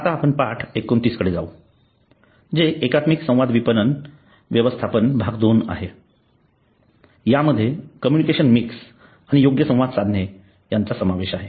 आता आपण पाठ 29 कडे जाऊ जे एकात्मिक विपणन संवाद व्यवस्थापन भाग दोन आहे यामध्ये कम्युनिकेशन मिक्स आणि योग्य संवाद साधणे यांचा समावेश आहे